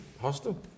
hostel